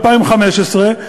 2015,